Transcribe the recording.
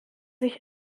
sich